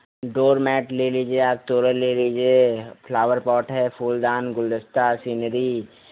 door mat ले लीजिए आप तोरण ले लीजिए फ्लावर पॉट है फूलदान गुलदस्ता सिनरिज